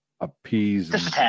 appease